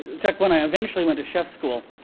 in fact, when i eventually went to chef's school,